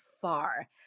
far